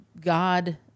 God